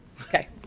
Okay